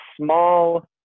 small